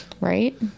Right